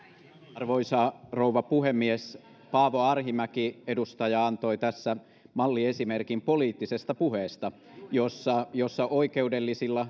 arvoisa rouva puhemies edustaja paavo arhinmäki antoi tässä malliesimerkin poliittisesta puheesta jossa jossa oikeudellisilla